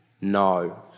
No